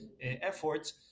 efforts